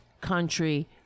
country